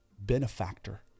Benefactor